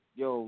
yo